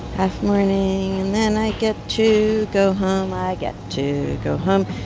half-morning, and then i get to go home. i get to go home.